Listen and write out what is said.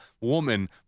woman